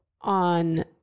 on